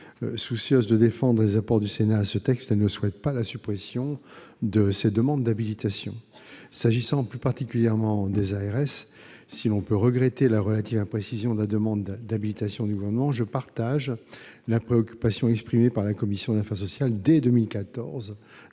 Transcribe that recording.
soucieuse de défendre les apports du Sénat à ce texte, elle ne souhaite pas leur suppression. S'agissant plus particulièrement des ARS, si l'on peut regretter la relative imprécision de la demande d'habilitation, je partage la préoccupation exprimée par la commission des affaires sociales, dès 2014,